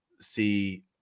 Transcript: see